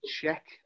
check